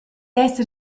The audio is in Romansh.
esser